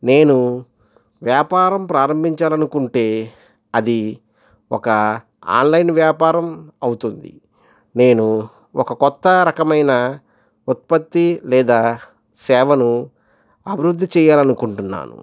నేను వ్యాపారం ప్రారంభిచాలిఅనుకుంటే అది ఒక ఆన్లైన్ వ్యాపారం అవుతుంది నేను ఒక కొత్తరకమయిన ఉత్పతి లేదా సేవను అభివృద్ధి చేయాలి అనుకుంటునాను